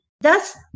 thus